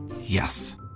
Yes